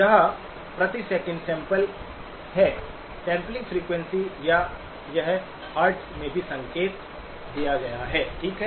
यह प्रति second sample है सैंपलिंग फ्रीक्वेंसी या यह हर्ट्ज में भी संकेत दिया गया है ठीक है